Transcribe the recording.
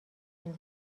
این